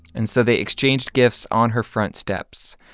and so they exchanged gifts on her front steps,